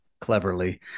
cleverly